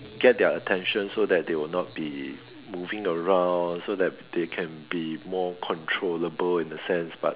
get their attention so that they will not be moving around so that they can be more controllable in the sense but